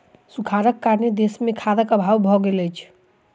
सूखाड़क कारणेँ देस मे खाद्यक अभाव भ गेल छल